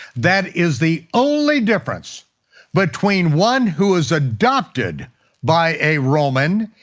that is the only difference between one who is adopted by a roman,